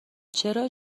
چرا